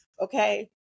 okay